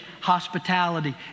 hospitality